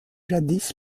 jadis